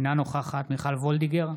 אינה נוכחת מיכל וולדיגר,